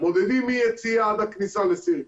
מודדים מהיציאה עד הכניסה לסירקין.